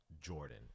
jordan